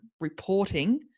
reporting